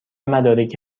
مدارکی